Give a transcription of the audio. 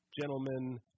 gentlemen